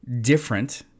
different